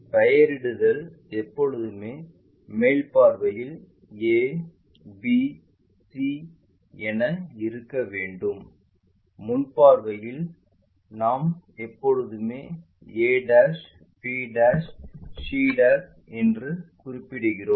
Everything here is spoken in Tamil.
பெயரிடுதல் எப்போதுமே மேல் பார்வையில் a b c என இருக்க வேண்டும் முன் பார்வையில் நாங்கள் எப்போதுமே a b c என்று குறிப்பிடுகிறோம்